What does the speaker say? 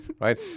right